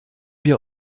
wir